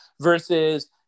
versus